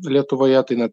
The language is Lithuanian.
lietuvoje tai na